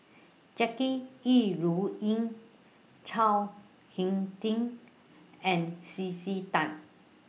Jackie Yi Ru Ying Chao Hick Tin and C C Tan